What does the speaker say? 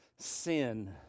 Sin